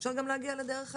אפשר גם להגיע לדרך האמצע.